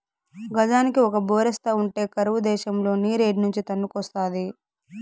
గజానికి ఒక బోరేస్తా ఉంటే కరువు దేశంల నీరేడ్నుంచి తన్నుకొస్తాది